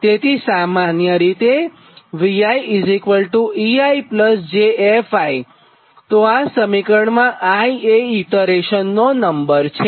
તેથીસામાન્ય રીતેVieij fiતો આ સમીકરણમાં i એ ઇટરેશનનો નંબર છે